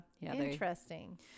interesting